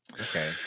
Okay